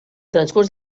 transcurs